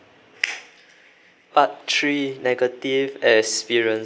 part three negative experiences